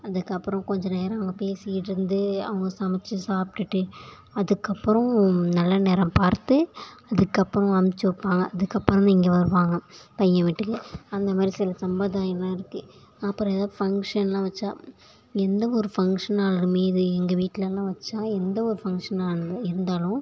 அதுக்கப்புறம் கொஞ்சம் நேரம் பேசிக்கிட்டுருந்து அவங்க சமைத்து சாப்பிட்டுட்டு அதுக்கப்புறோம் நல்ல நேரம் பார்த்து அதுக்கப்புறோம் அனுச்சு வைப்பாங்க அதுக்கப்புறந்தான் இங்கே வருவாங்க பையன் வீட்டுக்கு அந்த மாரி சில சம்பரதாயலாம் இருக்குது அப்புறம் ஏதாவது ஃபங்க்ஷன்லாம் வச்சா எந்த ஒரு ஃபங்க்ஷனாலும் இது எங்கள் வீட்லெல்லாம் வச்சா எந்த ஒரு ஃபங்க்ஷன்னாலும் இருந்தாலும்